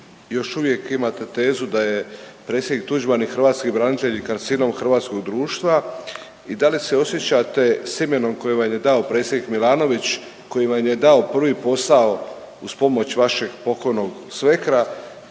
još uvijek imate tezu da je predsjednik Tuđman i hrvatski branitelji karcinom hrvatskog društva i da li se osjećate s imenom koji vam je dao predsjednik Milanović, koji vam je dao prvi posao uz pomoć vašeg pokojnog svekra,